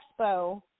Expo